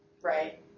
right